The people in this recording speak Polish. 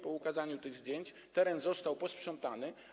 Po ukazaniu się tych zdjęć teren został posprzątany.